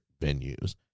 venues